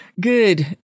good